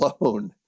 alone